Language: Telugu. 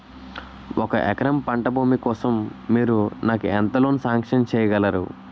ఒక ఎకరం పంట భూమి కోసం మీరు నాకు ఎంత లోన్ సాంక్షన్ చేయగలరు?